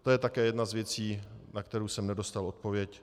To je také jedna z věcí, na kterou jsem nedostal odpověď.